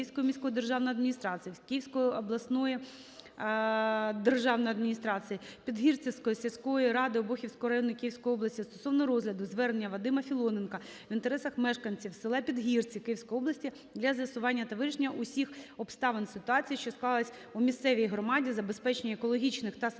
Київської міської державної адміністрації, Київської обласної державної адміністрації, Підгірцівської сільської ради Обухівського району Київської області стосовно розгляду звернення Вадима Філоненка в інтересах мешканців села Підгірці Київської області для з'ясування та вирішення усіх обставин ситуації, що склалася у місцевій громаді, забезпечення екологічних та санітарних